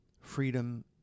freedom